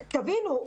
תבינו,